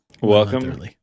Welcome